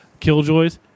Killjoys